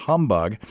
Humbug